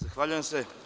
Zahvaljujem se.